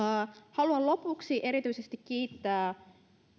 haluan lopuksi erityisesti kiittää